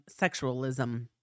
sexualism